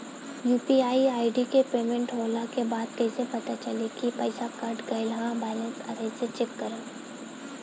UPI ID से payment होला के बाद कइसे पता चली की पईसा कट गएल आ बैलेंस कइसे चेक करम?